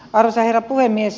arvoisa herra puhemies